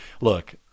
look